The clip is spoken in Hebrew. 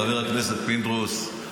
חבר הכנסת פינדרוס,